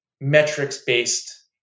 metrics-based